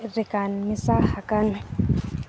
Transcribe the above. ᱟᱠᱟᱱ ᱢᱮᱥᱟ ᱟᱠᱟᱱ